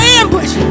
ambush